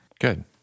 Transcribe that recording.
Good